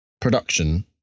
production